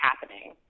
happening